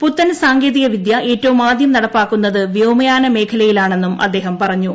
പുത്തൻ സാങ്കേതിക വിദ്യഏറ്റവുമാദ്യം നടപ്പാക്കുന്നത് വ്യോമയാന മന്ത്രാലയത്തിലാ ണെന്നും അദ്ദേഹം പറഞ്ഞു